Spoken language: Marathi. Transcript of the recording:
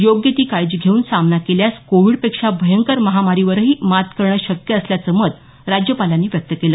योग्य ती काळजी घेऊन सामना केल्यास कोविडपेक्षा भयंकर महामारीवरही मात करणं शक्य असल्याचं मत राज्यपालांनी व्यक्त केलं